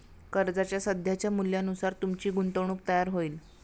कर्जाच्या सध्याच्या मूल्यानुसार तुमची गुंतवणूक तयार होईल